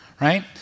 right